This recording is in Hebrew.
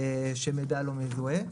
מידע לא מזוהה.